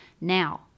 Now